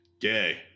Gay